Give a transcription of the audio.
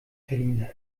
verliehen